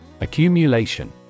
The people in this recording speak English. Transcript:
Accumulation